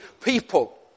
people